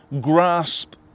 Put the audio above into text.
grasp